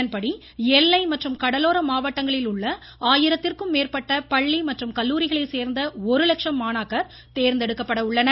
இதன்படி எல்லை மற்றும் கடலோர மாவட்டங்களில் உள்ள ஆயிரத்திற்கும் மேற்பட்ட பள்ளி மற்றும் கல்லூரிகளை சேர்ந்த தேர்ந்தெடுக்கப்பட உள்ளனர்